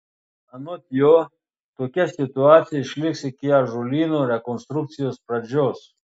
anot jo tokia situacija išliks iki ąžuolyno rekonstrukcijos pradžios